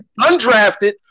undrafted